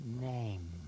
name